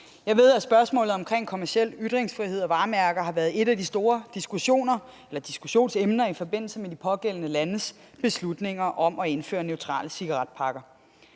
Jeg ved, at spørgsmålet om kommerciel ytringsfrihed og varemærker har været et af de store diskussionsemner i forbindelse med de pågældende landes beslutninger om at indføre neutrale cigaretpakker.